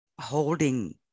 holding